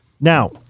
Now